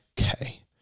okay